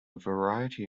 variety